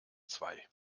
zwei